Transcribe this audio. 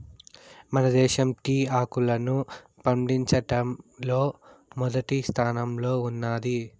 మన దేశం టీ ఆకును పండించడంలో మొదటి స్థానంలో ఉన్నాది